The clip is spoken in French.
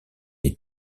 est